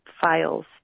files